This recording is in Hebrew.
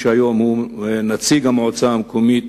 שהיום הוא נציג המועצה המקומית